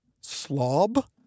slob